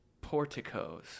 porticos